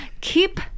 Keep